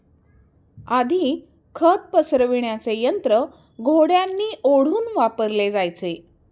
आधी खत पसरविण्याचे यंत्र घोड्यांनी ओढून वापरले जायचे